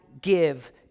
give